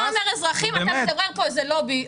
אתה אומר "אזרחים" אתה מדברר פה איזה לובי,